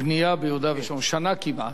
הבנייה ביהודה ושומרון, שנה כמעט.